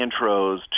intros